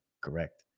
Correct